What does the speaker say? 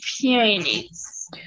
Pyrenees